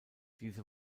diese